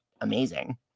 amazing